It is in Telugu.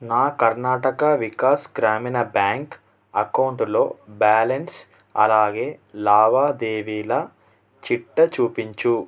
నా కర్ణాటక వికాస్ గ్రామీణ బ్యాంక్ అకౌంటులో బ్యాలెన్స్ అలాగే లావాదేవీల చిట్ట చూపించు